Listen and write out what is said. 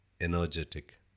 energetic